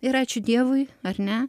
ir ačiū dievui ar ne